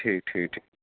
ٹھیٖک ٹھیٖک ٹھیٖک